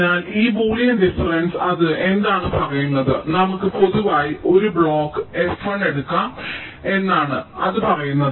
അതിനാൽ ഈ Boolean difference അത് എന്താണ് പറയുന്നത് നമുക്ക് പൊതുവായി ഒരു ബ്ലോക്ക് fi എടുക്കാം എന്നാണ് അത് പറയുന്നത്